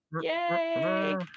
Yay